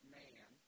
man